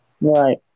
Right